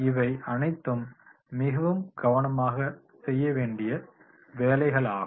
இவை அனைத்தும் மிகவும் கவனமாக செய்ய வேண்டிய வேலைகளாகும்